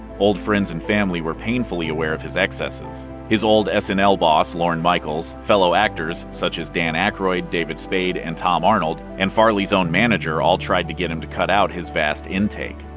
old friends and family were painfully aware of his excesses. his old and snl boss, lorne michaels, fellow actors such as dan aykroyd, david spade, and tom arnold, and farley's own manager all tried to get him to cut out his vast intake.